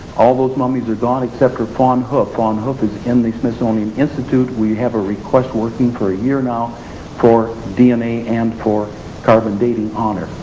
all those mummies are gone except for fawn hoof, fawn hoof is in the smithsonian institute we have a request working for a year now for dna and for carbon dating on it.